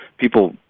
people